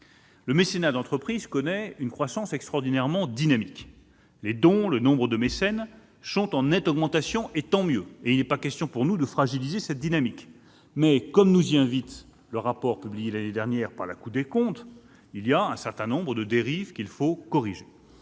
Le mécénat d'entreprise connaît une croissance extraordinairement dynamique : les dons et le nombre de mécènes sont en nette augmentation. Tant mieux ! Il n'est pas question de fragiliser cette dynamique, mais comme nous y invite le rapport publié l'année dernière par la Cour des comptes, certaines dérives doivent être corrigées.